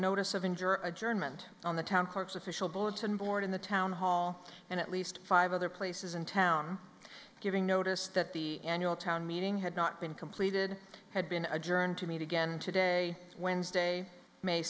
notice of injury adjournment on the town court's official bulletin board in the town hall and at least five other places in town giving notice that the annual town meeting had not been completed had been adjourned to meet again today wednesday may